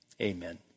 amen